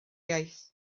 iaith